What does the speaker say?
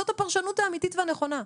זאת הפרשנות האמיתית והנכונה.